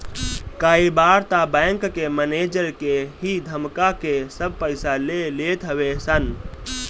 कई बार तअ बैंक के मनेजर के ही धमका के सब पईसा ले लेत हवे सन